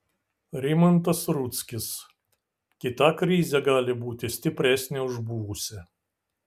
rimantas rudzkis kita krizė gali būti stipresnė už buvusią